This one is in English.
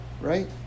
right